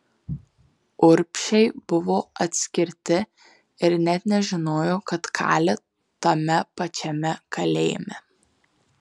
urbšiai buvo atskirti ir net nežinojo kad kali tame pačiame kalėjime